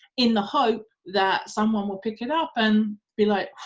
in the hope that someone will pick it up and be like,